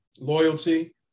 loyalty